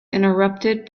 interrupted